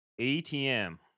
ATM